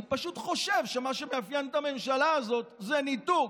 אני פשוט חושב שמה שמאפיין את הממשלה הזאת זה ניתוק,